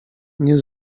nie